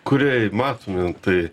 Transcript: kūrėjai matomi tai